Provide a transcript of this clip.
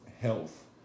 health